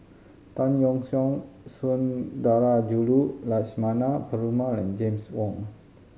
Tan Yeok Seong Sundarajulu Lakshmana Perumal and James Wong